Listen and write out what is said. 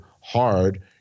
hard